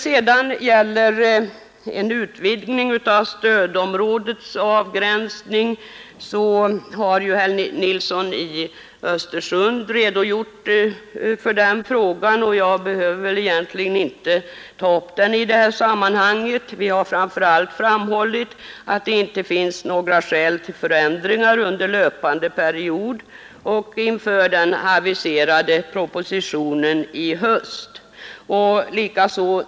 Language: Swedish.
Herr Nilsson i Östersund har redogjort för frågan om en utvidgning av stödområdets avgränsning, och jag behöver väl egentligen inte ta upp den frågan i detta sammanhang. Vi har framför allt framhållit att det inte finns skäl till förändringar under löpande period och inför den aviserade propositionen som skall komma i höst.